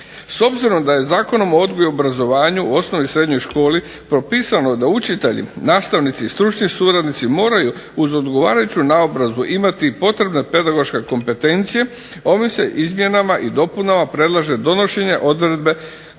S obzirom da je Zakonom o odgoju i obrazovanju u osnovnoj i srednjoj školi propisano da učitelji, nastavnici i stručni suradnici moraju uz odgovarajuću naobrazbu imati potrebne pedagoške kompetencije ovim se izmjenama i dopunama predlaže donošenje odredbe